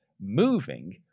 moving